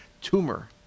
tumor